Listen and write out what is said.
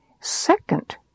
Second